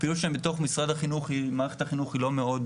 הפעילות שלהם בתוך מערכת החינוך היא לא מאוד